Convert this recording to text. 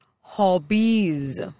Hobbies